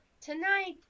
Tonight